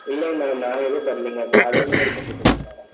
இல்லைங்க மேடம் நான் எதுவும் பண்ணலிங்க சாதாரணமாக இருக்குனு விட்டுட்டேங்க மேடம்